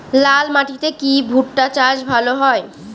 লাল মাটিতে কি ভুট্টা চাষ ভালো হয়?